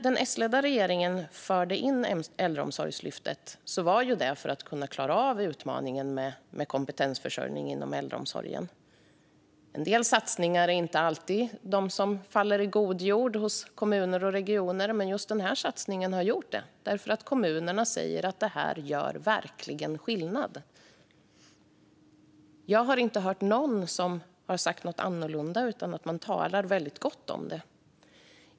Den S-ledda regeringen införde Äldreomsorgslyftet för att kunna klara av utmaningen med kompetensförsörjning inom äldreomsorgen. Det är inte alla satsningar som faller i god jord hos kommuner och regioner, men just den här satsningen har gjort det. Kommunerna säger att detta verkligen gör skillnad. Jag har inte hört någon säga något annat - man talar väldigt gott om detta.